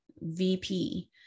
VP